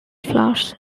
flowers